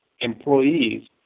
Employees